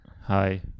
Hi